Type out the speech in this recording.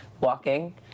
walking